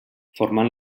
formant